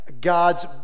God's